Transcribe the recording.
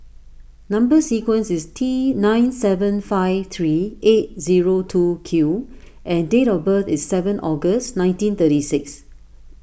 Number Sequence is T nine seven five three eight zero two Q and date of birth is seven August nineteen thirty six